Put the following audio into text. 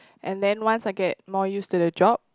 and then once I get more used to the job